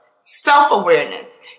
self-awareness